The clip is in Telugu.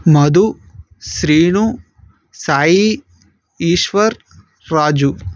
మధు శీను సాయి ఈశ్వర్ రాజు